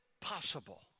possible